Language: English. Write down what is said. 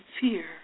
fear